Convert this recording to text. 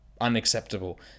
unacceptable